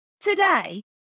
today